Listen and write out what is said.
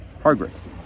progress